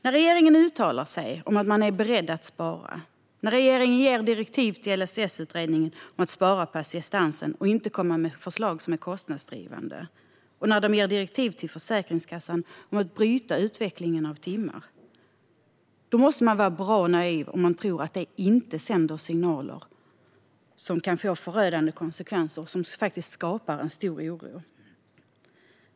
När regeringen uttalar sig om att den är beredd att spara, när regeringen ger direktiv till LSS-utredningen om att spara på assistansen och inte komma med förslag som är kostnadsdrivande och när den ger direktiv till Försäkringskassan om att bryta utvecklingen när det gäller antalet timmar måste man vara bra naiv om man tror att det inte sänder signaler som kan få förödande konsekvenser och som faktiskt skapar en stor oro.